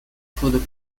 could